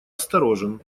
осторожен